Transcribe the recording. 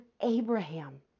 Abraham